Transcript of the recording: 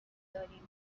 داریم